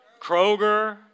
Kroger